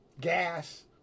gas